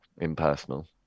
impersonal